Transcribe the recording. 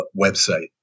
website